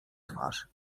twarz